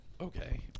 okay